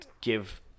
give